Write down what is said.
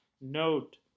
Note